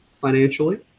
financially